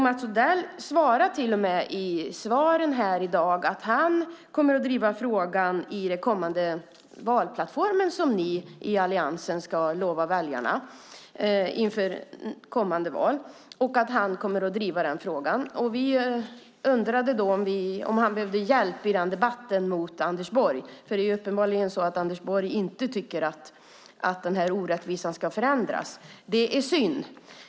Mats Odell svarade till och med i dag att han kommer att driva frågan i Alliansens valplattform. Vi undrade då om han behövde hjälp i den debatten mot Anders Borg, för det är uppenbarligen så att Anders Borg inte tycker att den här orättvisan ska förändras. Det är synd.